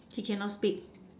he cannot speak